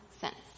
cents